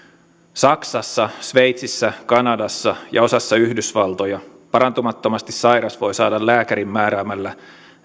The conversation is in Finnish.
saksassa sveitsissä kanadassa ja osassa yhdysvaltoja parantumattomasti sairas voi saada lääkärin määräämällä